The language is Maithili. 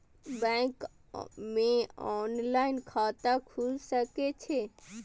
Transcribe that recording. बैंक में ऑनलाईन खाता खुल सके छे?